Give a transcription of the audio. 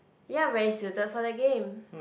you are very suited for the game